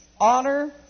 honor